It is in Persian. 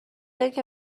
اینکه